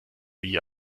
wie